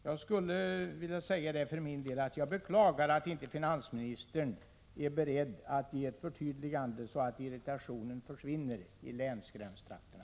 Jag skulle för min del vilja säga att jag beklagar att finansministern inte är beredd att ge ett förtydligande i frågan, så att det inte längre uppstår irritation i länsgränstrakterna.